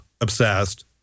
obsessed